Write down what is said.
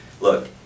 Look